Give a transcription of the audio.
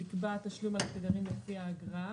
שנקבע תשלום על תדרים לפי האגרה,